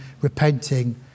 repenting